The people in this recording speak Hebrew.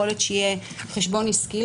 יכול להיות שיהיה חשבון עסקי,